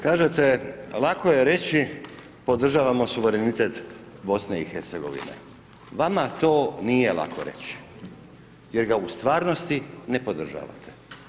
Kažete lako je reći, podržavamo suverenitet BIH, vama to nije lako reći, jer ga u stvarnosti ne podržavate.